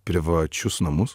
privačius namus